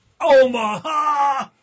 Omaha